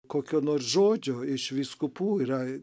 kokio nors žodžio iš vyskupų yra